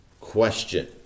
question